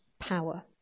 power